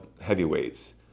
heavyweights